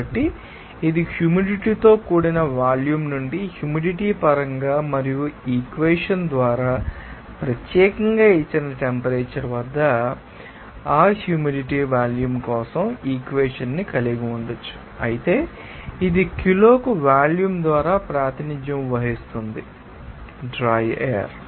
కాబట్టి ఇది హ్యూమిడిటీ తో కూడిన వాల్యూమ్ నుండి హ్యూమిడిటీ పరంగా మరియు ఈ ఈక్వెషన్ ద్వారా ప్రత్యేకంగా ఇచ్చిన టెంపరేచర్ వద్ద ఆ హ్యూమిడిటీ వాల్యూమ్ కోసం ఈ ఈక్వెవెషన్న్ని కలిగి ఉండవచ్చు అయితే ఇది కిలోకు వాల్యూమ్ ద్వారా ప్రాతినిధ్యం వహిస్తుంది డ్రై ఎయిర్